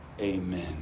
Amen